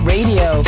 radio